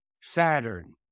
Saturn